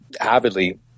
avidly